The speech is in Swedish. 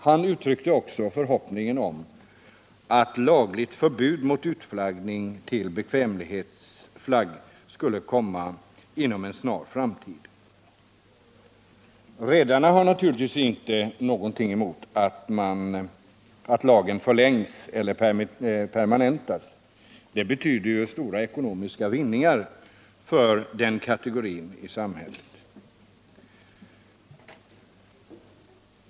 Han uttryckte också förhoppningen att lagligt förbud mot utflaggning till bekvämlighetsflagg skulle komma inom en snar framtid. Redarna har naturligtvis inte någonting emot att lagen förlängs eller permanentas — det betyder ju stora ekonomiska vinningar för den kategorin i samhället.